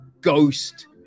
Ghost